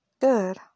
Good